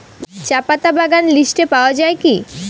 চাপাতা বাগান লিস্টে পাওয়া যায় কি?